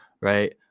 right